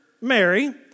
Mary